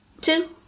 two